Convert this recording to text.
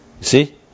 see